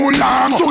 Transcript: long